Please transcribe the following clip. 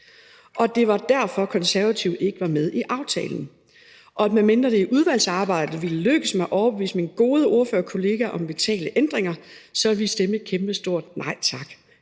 Det var derfor, at Konservative ikke var med i aftalen, og at vi, medmindre det i udvalgsarbejdet ville lykkes mig at overbevise mine gode ordførerkollegaer om vitale ændringer, så ville stemme et kæmpestort nej tak